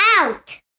out